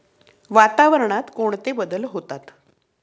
वातावरणात कोणते बदल होतात?